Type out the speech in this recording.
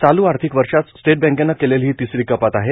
चालू आर्थिक वर्षात स्टेट बँकेनं केलेली ही तिसरी कपात आहे